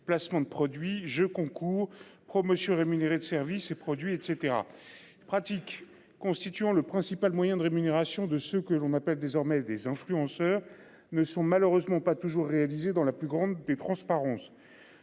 placement de produits concours promotion rémunéré de services et produits et cetera. Pratique constituant le principal moyen de rémunération de ce que l'on appelle désormais des influenceurs ne sont malheureusement pas toujours réalisées dans la plus grande des transparences.